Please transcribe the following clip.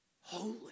holy